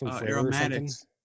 aromatics